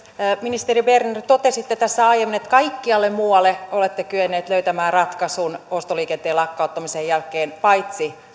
ministeri berner totesitte tässä aiemmin että kaikkialle muualle olette kyennyt löytämään ratkaisun ostoliikenteen lakkauttamisen jälkeen paitsi